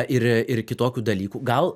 ir ir kitokių dalykų gal